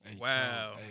Wow